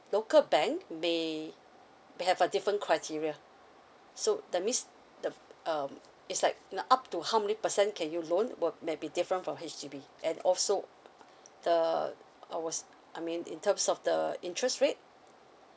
local bank may may have a different criteria so that means the um it's like up to how many percent can you loan would maybe different from H_D_B and also the I was I mean in terms of the interest rate